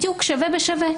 בדיוק שווה בשווה.